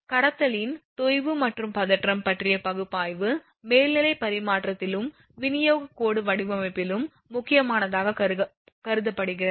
கடத்தலின் தொய்வு மற்றும் பதற்றம் பற்றிய பகுப்பாய்வு மேல்நிலைப் பரிமாற்றத்திலும் விநியோகக் கோடு வடிவமைப்பிலும் முக்கியமானதாக கருதப்படுகிறது